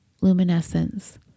luminescence